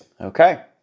okay